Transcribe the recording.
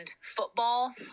football